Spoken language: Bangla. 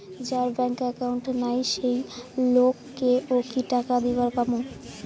যার ব্যাংক একাউন্ট নাই সেই লোক কে ও কি টাকা দিবার পামু?